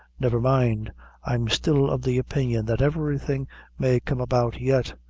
never mind i'm still of the opinion that everything may come about yet.